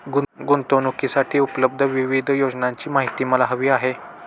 गुंतवणूकीसाठी उपलब्ध विविध योजनांची माहिती मला हवी आहे